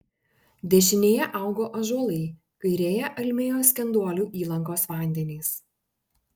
dešinėje augo ąžuolai kairėje almėjo skenduolių įlankos vandenys